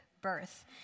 birth